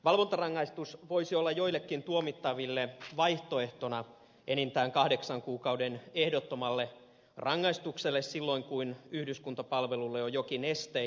valvontarangaistus voisi olla joillekin tuomittaville vaihtoehtona enintään kahdeksan kuukauden ehdottomalle rangaistukselle silloin kun yhdyskuntapalvelulle on jokin este